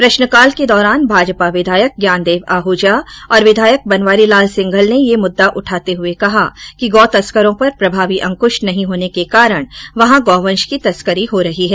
प्रष्नकाल के दौरान भाजपा विधायक ज्ञानदेव आहजा और विधायक बनवारीलाल सिंघल ने यह मुद्दा उठाते हुए कहा कि गौ तस्करों पर प्रभावी अंकुष नहीं होने के कारण वहां गौवंष की तस्करी हो रही है